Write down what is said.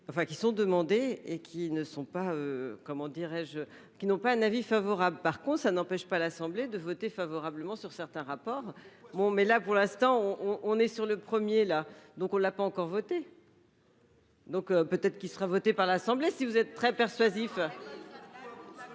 comment dirais-je, qui n'ont pas un avis favorable. Par contre, ça n'empêche pas l'assemblée de voter favorablement sur certains rapports bon mais là pour l'instant on on est sur le premier là donc on l'a pas encore voté. Donc peut-être qu'il sera voté par l'Assemblée. Si vous êtes très persuasif.